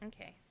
Okay